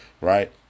right